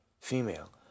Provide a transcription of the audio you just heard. Female